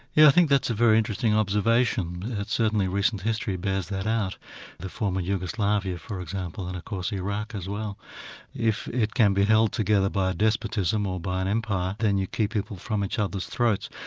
yeah think that's a very interesting observation and certainly recent history bears that out the former yugoslavia for example, and of course iraq as well if it can be held together by a despotism or by an empire, then you keep people from each other's throats.